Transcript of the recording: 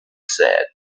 said